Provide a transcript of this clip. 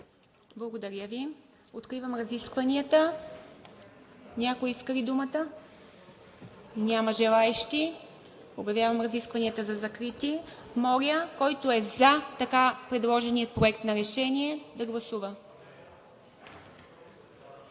Благодаря Ви. Откривам разискванията. Някой иска ли думата? Няма желаещи. Обявявам разискванията за закрити. Моля, който е за така предложения проект на решение, да гласува.